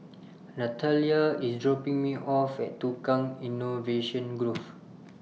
Natalya IS dropping Me off At Tukang Innovation Grove